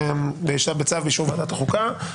אלא "בצו ובאישור ועדת החוקה".